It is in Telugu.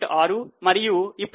6 మరియు ఇప్పుడు 1